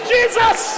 Jesus